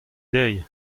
dezhi